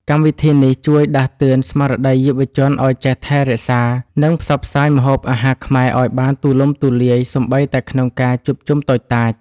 កម្មវិធីនេះជួយដាស់តឿនស្មារតីយុវជនឱ្យចេះថែរក្សា និងផ្សព្វផ្សាយម្ហូបអាហារខ្មែរឱ្យបានទូលំទូលាយសូម្បីតែក្នុងការជួបជុំតូចតាច។